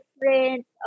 Different